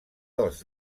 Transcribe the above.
dels